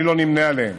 אני לא נמנה עימם.